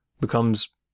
becomes